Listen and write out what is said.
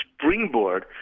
springboard